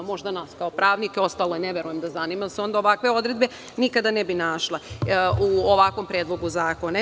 Možda nas kao pravnike, ostale ne verujem da zanima, jer se onda ovakve odredbe nikada ne bi našle u ovakvom predlogu zakona.